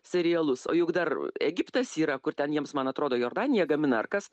serialus o juk dar egiptas yra kur ten jiems man atrodo jordanija gamina ar kas